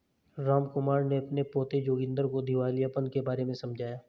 रामकुमार ने अपने पोते जोगिंदर को दिवालियापन के बारे में समझाया